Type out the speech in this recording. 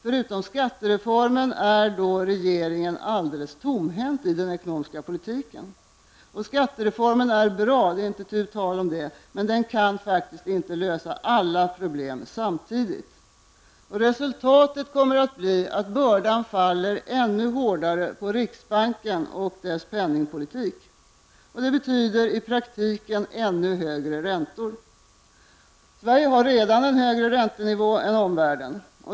Förutom skattereformen är regeringen då alldeles tomhänt i den ekonomiska politiken. Skattereformen är bra, det är inte tu tal om det, men den kan faktiskt inte lösa alla problem samtidigt. Resultatet kommer att bli att bördan kommer att falla ännu hårdare på riksbanken och dess penningpolitik. Det betyder i praktiken ännu högre räntor. Sverige har redan en högre räntenivå än omvärlden.